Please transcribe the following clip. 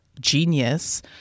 genius